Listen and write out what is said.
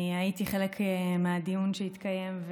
אני הייתי חלק מהדיון שהתקיים,